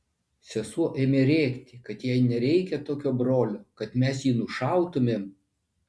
sesuo ėmė rėkti kad jai nereikia tokio brolio kad mes jį nušautumėm